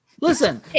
Listen